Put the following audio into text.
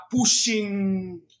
pushing